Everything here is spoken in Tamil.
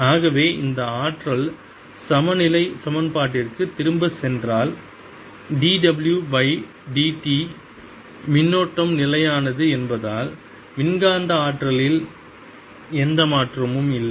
ஆகவே அந்த ஆற்றல் சமநிலை சமன்பாட்டிற்கு திரும்பிச் சென்றால் dw பை dt மின்னோட்டம் நிலையானது என்பதால் மின்காந்த ஆற்றலில் எந்த மாற்றமும் இல்லை